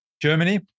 Germany